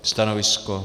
Stanovisko?